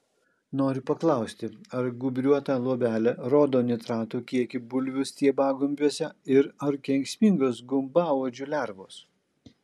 noriu paklausti ar gūbriuota luobelė rodo nitratų kiekį bulvių stiebagumbiuose ir ar kenksmingos gumbauodžių lervos